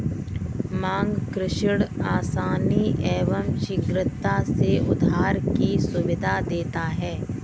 मांग ऋण आसानी एवं शीघ्रता से उधार की सुविधा देता है